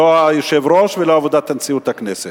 לא היושב-ראש ולא עבודת הנשיאות לכנסת.